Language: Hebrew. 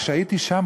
כשהייתי שם,